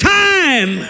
time